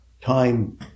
time